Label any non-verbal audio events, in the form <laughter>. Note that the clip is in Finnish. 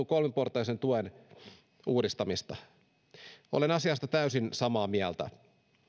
<unintelligible> kolmiportaisen tuen uudistamista olen asiasta täysin samaa mieltä